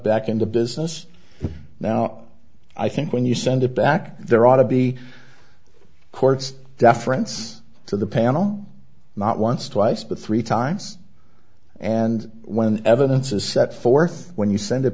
back into business now i think when you send it back there ought to be courts deference to the panel not once twice but three times and when evidence is set forth when you send it